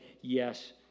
yes